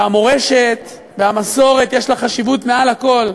והמורשת והמסורת יש להן חשיבות מעל הכול.